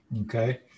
Okay